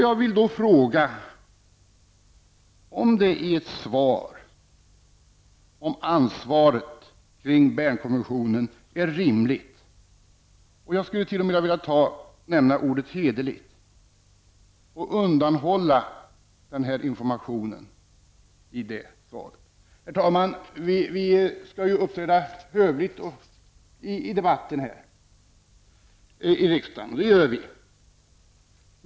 Jag vill då fråga om det i ett svar om ansvaret kring Bernkonventionen är rimligt -- och jag skulle t.o.m. vilja säga hederligt -- att undanhålla den här informationen. Herr talman! Vi skall ju uppträda hövligt i debatten här i kammaren, och det gör vi.